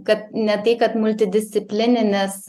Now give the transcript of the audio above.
kad ne tai kad multidisciplininis